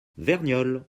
verniolle